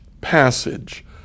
passage